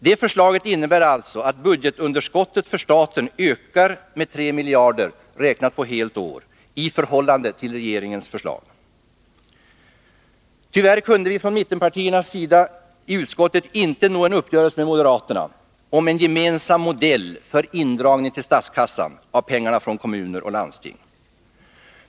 Det förslaget innebär alltså att budgetunderskottet för staten ökar med 3 miljarder räknat på helt år i förhållande till regeringens förslag. Tyvärr kunde vi från mittenpartiernas sida i utskottet inte nå en uppgörelse med moderaterna om en gemensam modell för indragning till statskassan av pengarna från kommuner och landsting.